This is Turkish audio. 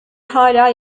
hâlâ